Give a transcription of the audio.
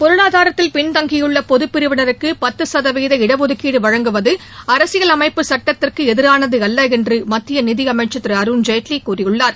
பொருளாதாரத்தில் பின்தங்கியுள்ள பொது பிரிவினருக்கு பத்து சதவீத இடஒதுக்கீடு வழங்குவது அரசியலமைப்பு சுட்டத்திற்கு எதிரானது அல்ல என்று மத்திய நிதியமைச்சர் திரு அருண் ஜேட்லி கூறியுள்ளார்